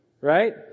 right